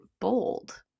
bold